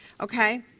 okay